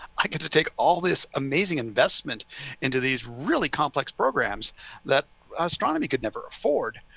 i get to take all this amazing investment into these really complex programs that astronomy could never afford.